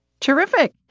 Terrific